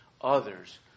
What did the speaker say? others